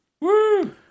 Woo